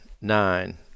nine